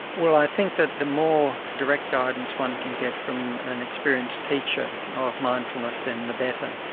well i think that the more direct guidance one can get from an experienced teacher of mindfulness then the better.